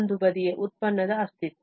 ಒಂದು ಬದಿಯ ಉತ್ಪನ್ನದ ಅಸ್ತಿತ್ವ